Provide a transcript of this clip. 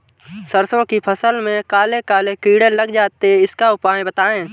सरसो की फसल में काले काले कीड़े लग जाते इसका उपाय बताएं?